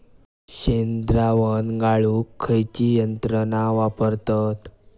शेणद्रावण गाळूक खयची यंत्रणा वापरतत?